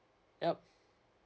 yup